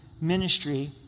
ministry